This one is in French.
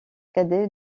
cadet